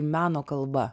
meno kalba